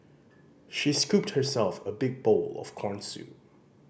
she scooped herself a big bowl of corn soup